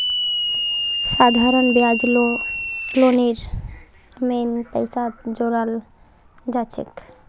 साधारण ब्याज लोनेर मेन पैसात जोड़ाल जाछेक